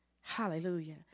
Hallelujah